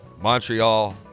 Montreal